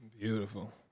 Beautiful